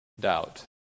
doubt